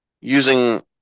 Using